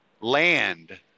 land